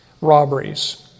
robberies